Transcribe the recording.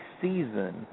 season